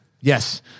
Yes